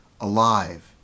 alive